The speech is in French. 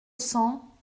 cents